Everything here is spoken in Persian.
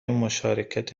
مشارکت